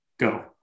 Go